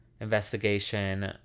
investigation